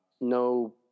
No